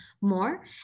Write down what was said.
more